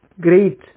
great